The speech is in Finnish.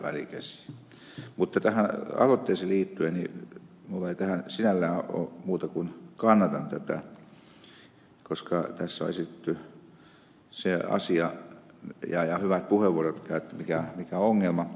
minulla ei tähän sinällään ole muuta sanomista kuin että kannatan tätä koska tässä on esitetty se asia ja hyvät puheenvuorot käytetty mikä on ongelma